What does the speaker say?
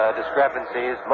discrepancies